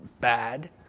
bad